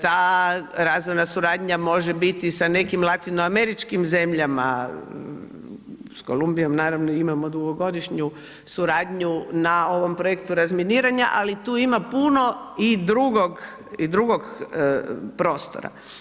Ta razvojna suradnja može biti sa nekim latinoameričkim zemljama, s Kolumbijom naravno imamo dugogodišnju suradnju na ovom projektu razminiranja ali tu ima puno i drugog prostora.